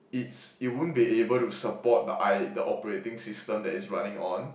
it's it won't be able to support the I the operating system that is running on